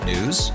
News